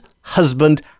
husband